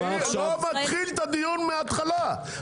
אני לא מתחיל את הדיון מההתחלה.